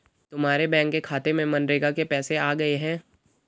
तुम्हारे बैंक के खाते में मनरेगा के पैसे आ गए हैं